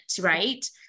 right